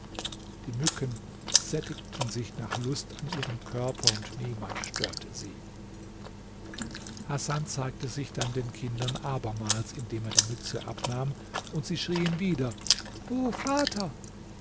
die mücken sättigten sich nach lust an ihrem körper und niemand störte sie hasan zeigte sich dann den kindern abermals indem er die mütze abnahm und sie schrien wieder o vater